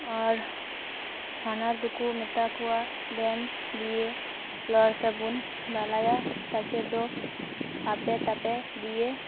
ᱟᱨ ᱦᱟᱱᱟᱨ ᱫᱚᱠᱚ ᱢᱮᱛᱟ ᱠᱚᱣᱟ ᱵᱮᱱ ᱫᱤᱭᱮ ᱞᱚᱲ ᱛᱟᱵᱚᱱ ᱵᱟᱞᱟᱭᱟ ᱛᱟᱠᱮ ᱫᱚ ᱟᱯᱮ ᱛᱟᱯᱮ ᱫᱤᱭᱮ